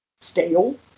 stale